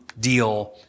deal